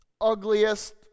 ugliest